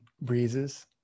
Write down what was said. breezes